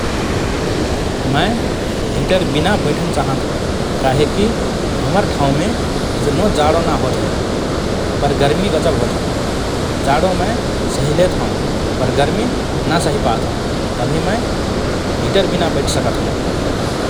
मए हिटर बिना बैठन चाहत हओ काहेकि हमर ठाउँमे इतनो जाडो न होत हए । पर गर्मी गजब होत हए । जाडो मए सहिलेत हओं पर गर्मी न सहिपात हओं । तभि मए हिटर बिना बैठ सकत हओं ।